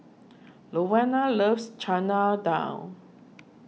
Rowena loves Chana Dal